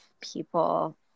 people